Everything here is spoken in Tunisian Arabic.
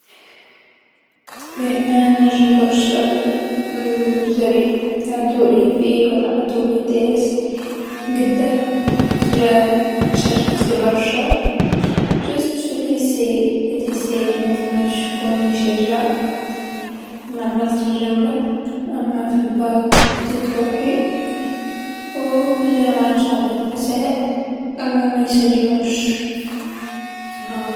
باهي، أنا نجم برشا للجري، عدو ريفي و لا عدو سرعه قداه، أصلا شاركت في برشا برك في الثانويه مكانش ليشجع، معملتش جمله، أما في الباك قضيت روحي و في الجامعة إنشاء الله ربي يسهل أما ما يشجعوش لله غالب.